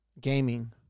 Gaming